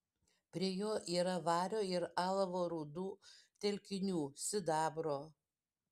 prie jo yra vario ir alavo rūdų telkinių sidabro